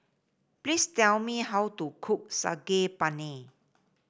please tell me how to cook Saag Paneer